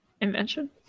invention